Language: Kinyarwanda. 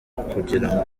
ukugira